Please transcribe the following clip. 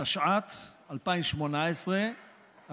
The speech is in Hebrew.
התשע"ט 2018,